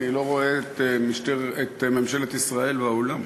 אני לא רואה את ממשלת ישראל באולם.